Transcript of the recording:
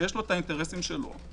שיש לו האינטרסים שלו,